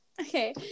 okay